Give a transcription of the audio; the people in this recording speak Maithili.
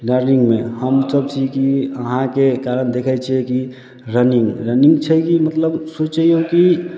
रनिंगमे हम सब छी कि अहाँके ही कारण देखै छियै कि रनिंग रनिंग छै की मतलब सोचि लियौ कि